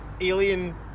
alien